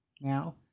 Now